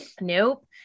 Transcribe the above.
Nope